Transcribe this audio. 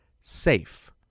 SAFE